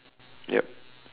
yup